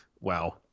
wow